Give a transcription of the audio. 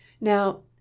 Now